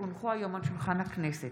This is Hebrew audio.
כי הונחו היום על שולחן הכנסת,